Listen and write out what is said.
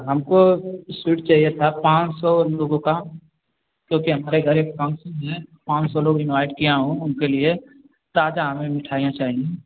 हमको स्वीट चाहिए था पाँच सौ लोगों का क्योंकि हमारे घर एक फंक्सन है पाँच सौ लोग इन्वाइट किया हूँ उनके लिए ताज़ा हमें मिठाइयाँ चाहिए